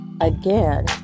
again